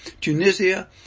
tunisia